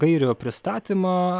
gairių pristatymą